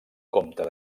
comte